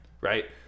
right